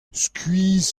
skuizh